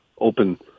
open